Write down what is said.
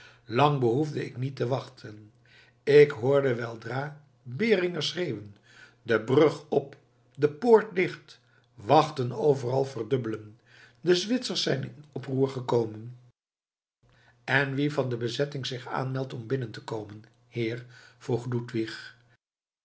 lang behoefde ik niet te wachten ik hoorde weldra beringer schreeuwen de brug op de poort dicht wachten overal verdubbelen de zwitsers zijn in oproer gekomen en wie van de bezetting zich aanmeldt om binnen te komen heer vroeg